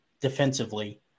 defensively